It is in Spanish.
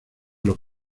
los